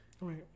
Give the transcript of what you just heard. Right